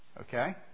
Okay